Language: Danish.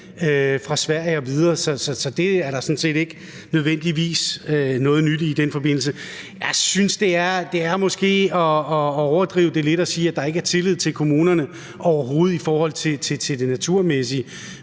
fra Sverige og videre. Så det er der sådan set ikke nødvendigvis noget nyt i i den forbindelse. Jeg synes måske, det er at overdrive det lidt at sige, at der overhovedet ikke er tillid til kommunerne i forhold til det naturmæssige.